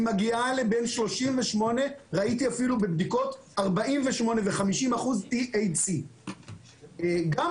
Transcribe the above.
היא מגיעה ל-48% וראיתי בבדיקות אפילו 48% ו-50% TNC. גם